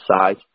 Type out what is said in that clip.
size